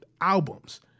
albums